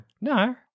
No